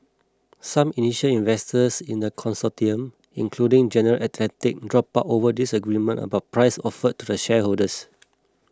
some initial investors in the consortium including General Atlantic dropped out over disagreement about price offered to the shareholders